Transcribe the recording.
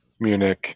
Munich